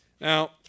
Now